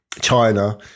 China